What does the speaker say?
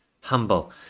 humble